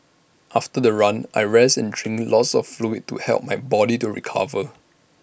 after the run I rest and drink lots of fluid to help my body to recover